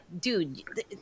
dude